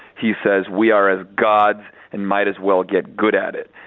he says we are as gods and might as well get good at it.